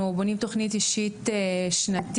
אנחנו בונים תוכנית אישית שנתית,